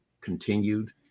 continued